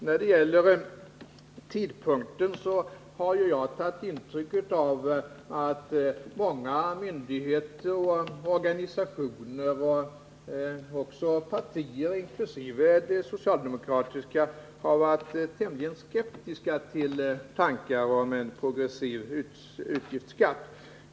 När det gäller tidpunkten har jag tagit intryck av att många myndigheter, organisationer och även partier — också det socialdemokratiska — har varit tämligen skeptiska till tanken på en progressiv utgiftsskatt.